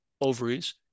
ovaries